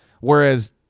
whereas